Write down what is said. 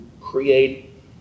create